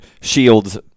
shields